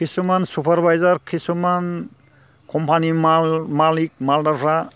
किसुमान सुपारभायजार किसुमान कम्पानिनि माल मालिक माल्दारफ्रा